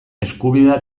eskubidea